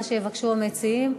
מה שיבקשו המציעים.